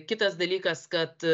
kitas dalykas kad